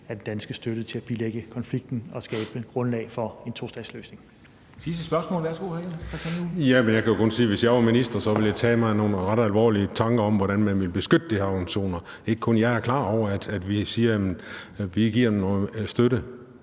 af den danske støtte til at bilægge konflikten og skabe grundlag for en tostatsløsning.